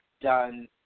done